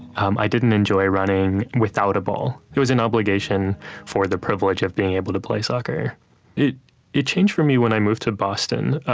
um i didn't enjoy running without a ball. it was an obligation for the privilege of being able to play soccer it it changed for me when i moved to boston.